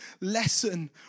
lesson